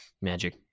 Magic